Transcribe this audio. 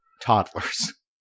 toddlers